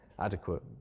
adequate